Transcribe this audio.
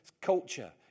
culture